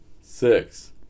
six